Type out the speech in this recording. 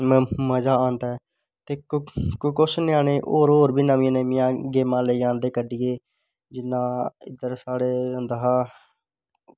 ते मजा औंदा ते किश ञ्यानें होर बी नमीं नमीं गेमां लेई औंदे कड्ढियै जिन्ना साढ़े इद्धर होंदा हा